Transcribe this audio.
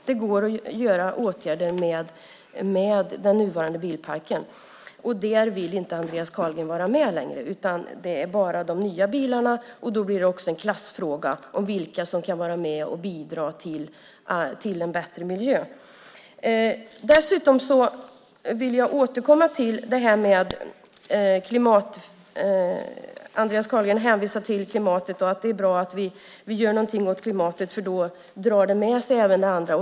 Det går att vidta åtgärder i fråga om den nuvarande bilparken. Men där vill Andreas Carlgren inte vara med, utan det handlar bara om de nya bilarna. Då blir det också en klassfråga vilka som kan vara med och bidra till en bättre miljö. Andreas Carlgren hänvisar till klimatet och att det är bra att vi gör något åt klimatet eftersom det även drar med sig annat.